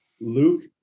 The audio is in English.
Luke